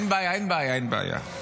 אין בעיה, אין בעיה.